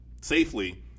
safely